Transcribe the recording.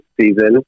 season